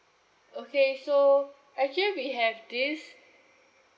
okay so actually we have this